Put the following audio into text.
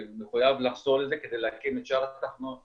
שמחויב לחזור לזה כדי להקים את שאר התחנות שתוכננו.